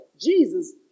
Jesus